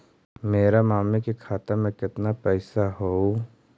मेरा मामी के खाता में कितना पैसा हेउ?